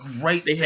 great